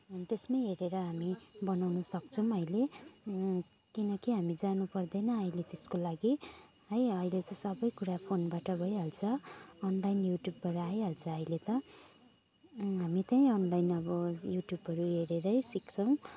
अनि त्यसमै हेरेर हामी बनाउनु सक्छौँ अहिले किनकि हामी जानु पर्दैन अहिले त्यसको लागि है अहिले चाहिँ सबै कुरा फोनबाट भइहाल्छ अनलाइन युट्युबबाट आइहाल्छ अहिले त हामी त्यहीँ अनलाइन अब युट्युबबाट हेरेरै सिक्छौँ